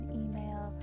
email